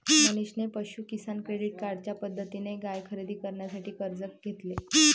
मनीषने पशु किसान क्रेडिट कार्डच्या मदतीने गाय खरेदी करण्यासाठी कर्ज घेतले